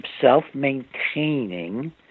self-maintaining